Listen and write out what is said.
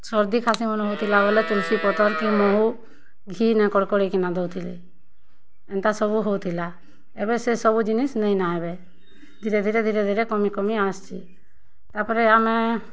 ସର୍ଦ୍ଦି ଖାସି ମାନ୍ ହୋଉଥିଲା ବେଲେ ତୁଲ୍ସି ପତର୍ କି ମହୁ ଘି'ନେ କଡ଼ କଡ଼ କି ଦେଉଥିଲେ ଏନ୍ତା ସବୁ ହେଉଥିଲା ଏବେ ସେସବୁ ଜିନିଷ୍ ନାଇନ ଏବେ ଧୀରେ ଧୀରେ କମି କମି ଅସୁଛେ ତା'ର୍ପରେ ଆମେ